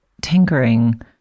tinkering